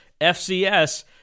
FCS